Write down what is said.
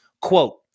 Quote